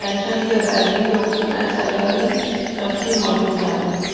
pension जी अदायगी जो हुकुम ऐं सैलरी पर्ची मौजूदु आहिनि